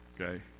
okay